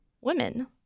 Women